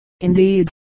Indeed